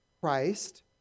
Christ